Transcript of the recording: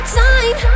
time